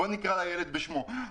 בואו נקרא לילד בשמו.